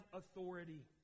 authority